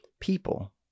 people